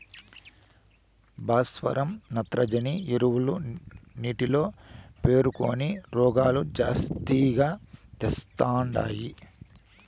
భాస్వరం నత్రజని ఎరువులు నీటిలో పేరుకొని రోగాలు జాస్తిగా తెస్తండాయి